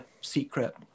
secret